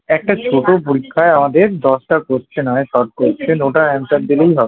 একটা ছোটো পরীক্ষায় আমাদের দশটা কোশ্চেন হয় শর্ট কোশ্চেন ওটার অ্যানসার দিলেই হবে